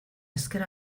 ezker